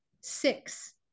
six